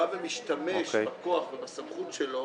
בא ומשתמש בכוח ובסמכות שלו